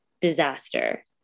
disaster